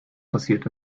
passiert